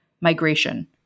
migration